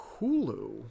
Hulu